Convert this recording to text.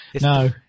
No